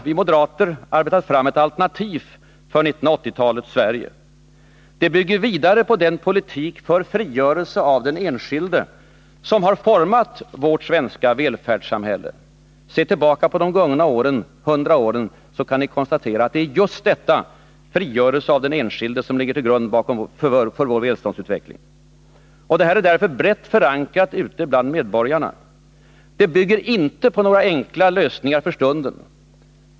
Vi moderater har arbetat fram ett alternativ för 1980-talets Sverige. Det bygger vidare på den politik för frigörelse av den enskilde som har format vårt svenska välfärdssamhälle. Se tillbaka på de gångna 100 åren och konstatera att det är just frigörelsen av den enskilde som ligger till grund för vår välståndsutveckling! Vårt alternativ är brett förankrat ute hos medborgarna. Det bygger inte på några enkla lösningar för stunden.